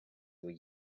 were